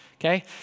okay